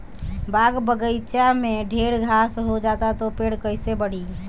बाग बगइचा में ढेर घास हो जाता तो पेड़ कईसे बढ़ी